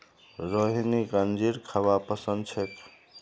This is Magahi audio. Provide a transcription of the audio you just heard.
रोहिणीक अंजीर खाबा पसंद छेक